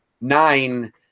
nine